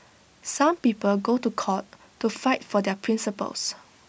some people go to court to fight for their principles